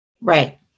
Right